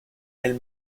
elle